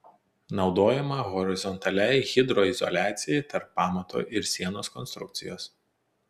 naudojama horizontaliai hidroizoliacijai tarp pamato ir sienos konstrukcijos